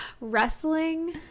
wrestling